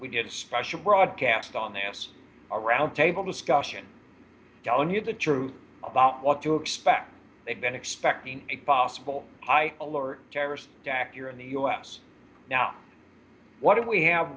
we did a special broadcast on this our roundtable discussion telling you the truth about what to expect they've been expecting a possible high alert terrorist attack here in the u s now what do we have